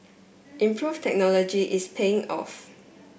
improved technology is paying off